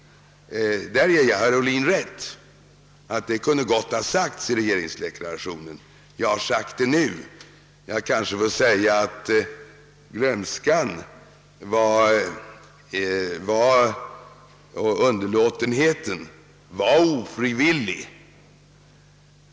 Jag ger alltså herr Ohlin rätt i att detta gott kunnat framhållas i deklarationen. Jag har sagt det nu! Glömskan och underlåtenheten i detta avseende var ofrivillig.